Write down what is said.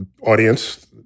audience